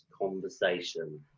conversation